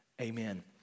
Amen